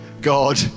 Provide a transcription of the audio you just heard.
God